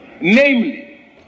namely